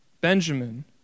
Benjamin